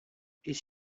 est